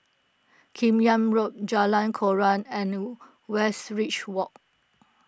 Kim Yam Road Jalan Koran and Westridge Walk